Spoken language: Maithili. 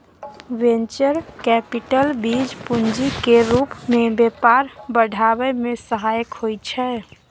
वेंचर कैपिटल बीज पूंजी केर रूप मे व्यापार बढ़ाबै मे सहायक होइ छै